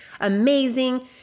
amazing